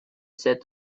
said